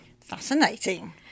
Fascinating